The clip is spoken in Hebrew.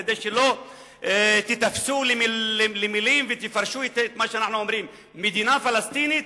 כדי שלא תיתפסו למלים ותפרשו את מה שאנחנו אומרים: מדינה פלסטינית,